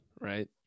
right